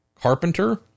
Carpenter